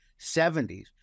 70s